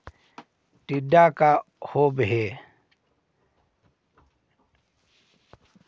टीडा का होव हैं?